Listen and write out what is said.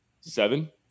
Seven